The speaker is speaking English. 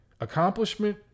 Accomplishment